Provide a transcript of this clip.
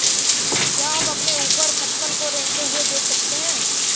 क्या आप अपने ऊपर खटमल को रेंगते हुए देख सकते हैं?